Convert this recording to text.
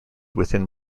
within